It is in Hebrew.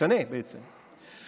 משנה, בעצם,